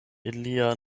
ilia